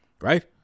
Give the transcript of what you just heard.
Right